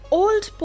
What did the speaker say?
old